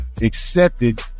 accepted